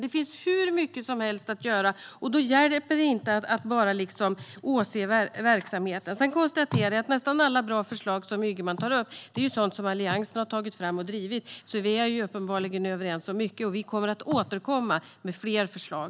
Det finns hur mycket som helst att göra, och då hjälper det inte att bara åse verksamheten. Sedan konstaterar jag att nästan alla bra förslag som Ygeman tar upp är sådant som Alliansen har tagit fram och drivit, så vi är ju uppenbarligen överens om mycket. Vi kommer att återkomma med fler förslag.